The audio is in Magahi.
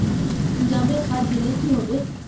जाबे खाद दिले की होबे?